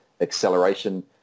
acceleration